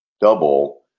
double